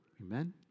Amen